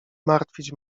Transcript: martwić